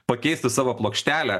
pakeistų savo plokštelę